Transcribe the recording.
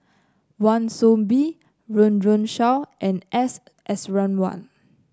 Wan Soon Bee Run Run Shaw and S Iswaran